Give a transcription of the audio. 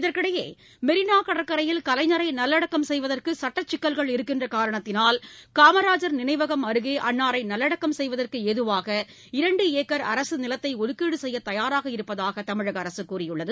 இதற்கிடையே மெரினா கடற்கரையில் கலைஞரை நல்லடக்கம் செய்வதற்கு சட்டச் சிக்கல்கள் இருக்கின்ற காரணத்தினால் காமராஜ் நினைவகம் அருகே அன்னாரை நல்வடக்கம் செய்வதற்கு ஏதுவாக இரண்டு ஏக்கர் அரசு நிலத்தை ஒதுக்கீடு செய்ய தயாராக இருப்பதாக தமிழக அரசு கூறியுள்ளது